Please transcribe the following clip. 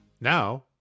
Now